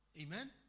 Amen